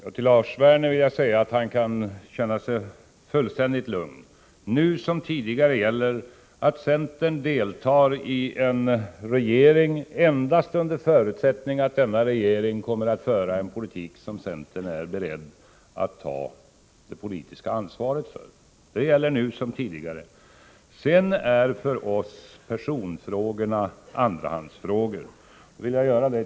Fru talman! Till Lars Werner vill jag säga att han kan känna sig fullständigt lugn. Nu som tidigare gäller att centern deltar i en regering endast under förutsättningen att denna regering kommer att föra en politik som centern är beredd att ta det politiska ansvaret för. Sedan är för oss personfrågorna andrahandsfrågor.